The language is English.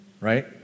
right